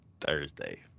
Thursday